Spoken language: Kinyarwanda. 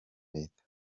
leta